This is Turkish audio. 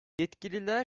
yetkililer